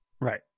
Right